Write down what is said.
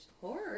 horror